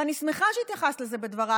ואני שמחה שהתייחסת לזה בדברייך,